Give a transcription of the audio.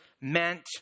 meant